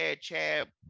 Chad